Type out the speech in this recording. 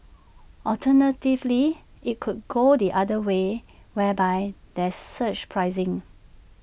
alternatively IT could go the other way whereby there's surge pricing